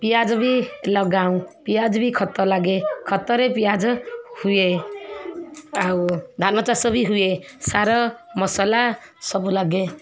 ପିଆଜ ବି ଲଗାଉ ପିଆଜ ବି ଖତ ଲାଗେ ଖତରେ ପିଆଜ ହୁଏ ଆଉ ଧାନ ଚାଷ ବି ହୁଏ ସାର ମସଲା ସବୁ ଲାଗେ